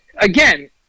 again